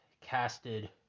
casted